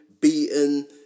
beaten